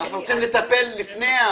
אנחנו רוצים לטפל לפני.